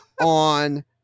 on